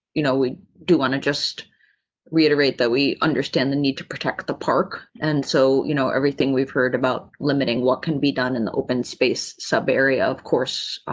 you know, we do want to just reiterate that we understand the need to protect the park. and so, you know, everything we've heard about limiting what can be done in the open space sub area. of course.